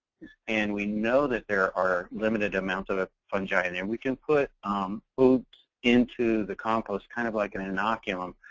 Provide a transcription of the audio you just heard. and we know that there are limited amounts of of fungi in there, we can put foods into the compost kind of like an inoculum.